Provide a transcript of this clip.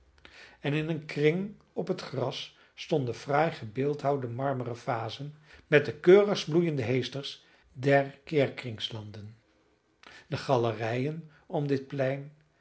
en in een kring op het gras stonden fraai gebeeldhouwde marmeren vazen met de keurigst bloeiende heesters der keerkringslanden de galerijen om dit plein